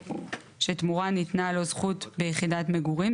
שתמורתן ניתנה לו זכות ביחידת מגורים,